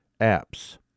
apps